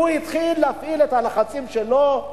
הוא התחיל להפעיל את הלחצים שלו.